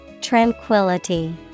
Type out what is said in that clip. Tranquility